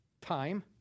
time